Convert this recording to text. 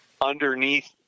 underneath